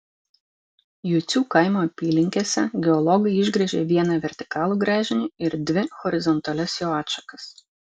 jucių kaimo apylinkėse geologai išgręžė vieną vertikalų gręžinį ir dvi horizontalias jo atšakas